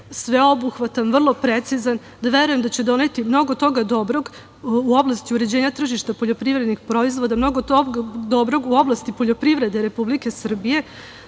sveobuhvatan, vrlo precizan i verujem da će doneti mnogo toga dobrog u oblasti uređenja tržišta poljoprivrednih proizvoda, mnogo toga dobrog u oblasti poljoprivrede Republike Srbije,